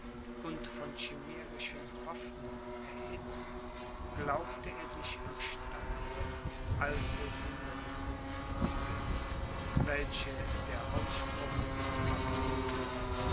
und von chimärischen hoffnungen erhitzt glaubte er sich im stande alte hindernisse zu besiegen welche der ausspruch des capitels